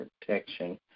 protection